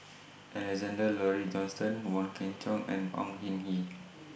Alexander Laurie Johnston Wong Kwei Cheong and Au Hing Yee